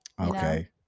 okay